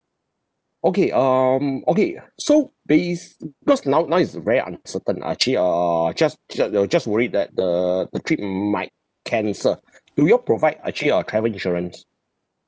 okay um okay uh so there is uh cause now now is uh very uncertain ah actually err just just uh just worried that the the trip might cancel do you all provide actually a travel insurance